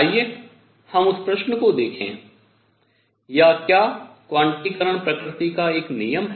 आइए हम उस प्रश्न को देखें या क्या परिमाणीकरण क्वांटीकरण प्रकृति का एक नियम है